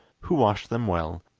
who washed them well,